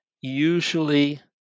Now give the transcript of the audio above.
Usually